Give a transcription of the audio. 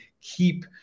keep